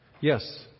Yes